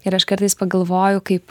ir aš kartais pagalvoju kaip